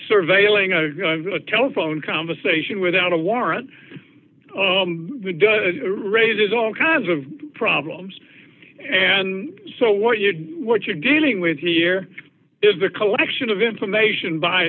surveilling a telephone conversation without a warrant raises all kinds of problems and so what you're what you're dealing with here is the collection of information by